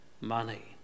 money